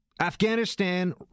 Afghanistan